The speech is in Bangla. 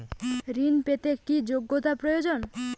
ঋণ পেতে কি যোগ্যতা প্রয়োজন?